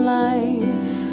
life